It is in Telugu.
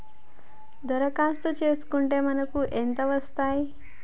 దరఖాస్తు చేస్కుంటే మనకి ఎంత వస్తాయి?